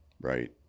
Right